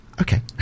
okay